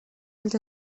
els